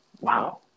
Wow